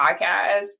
podcast